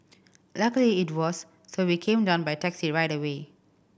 luckily it was so we came down by taxi right away